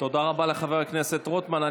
תודה רבה לחבר הכנסת רוטמן.